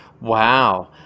Wow